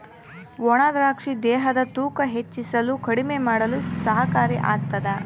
ಒಣ ದ್ರಾಕ್ಷಿ ದೇಹದ ತೂಕ ಹೆಚ್ಚಿಸಲು ಕಡಿಮೆ ಮಾಡಲು ಸಹಕಾರಿ ಆಗ್ತಾದ